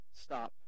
stop